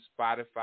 Spotify